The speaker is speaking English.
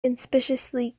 conspicuously